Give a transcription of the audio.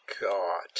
god